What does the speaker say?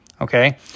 Okay